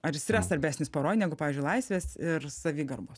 ar jis yra svarbesnis poroj negu pavyzdžiui laisvės ir savigarbos